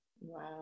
Wow